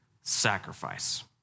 sacrifice